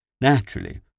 Naturally